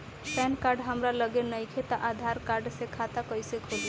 Pan card हमरा लगे नईखे त आधार कार्ड से खाता कैसे खुली?